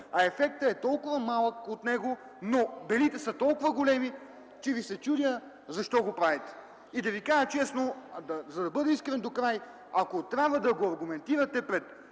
от него е толкова малък, но белùте са толкова големи, че ви се чудя защо го правите. Да ви кажа честно, за да бъда искрен докрай, ако трябва да го аргументирате пред